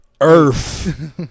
Earth